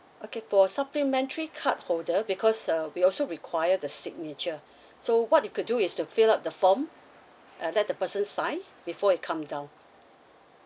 okay for supplementary card holder because uh we also require the signature so what you could do is to fill up the form uh let the person sign before it come down